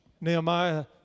Nehemiah